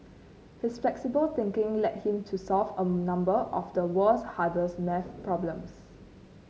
his flexible thinking led him to solve a number of the world's hardest maths problems